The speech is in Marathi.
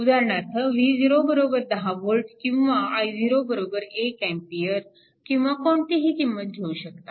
उदाहरणार्थ V0 10 V किंवा i0 1A किंवा कोणतीही किंमत घेऊ शकता